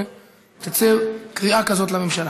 ותצא קריאה כזאת לממשלה.